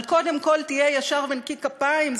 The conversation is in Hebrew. אבל קודם כול תהיה ישר ונקי כפיים,